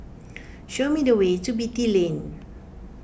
show me the way to Beatty Lane